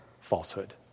falsehood